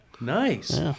Nice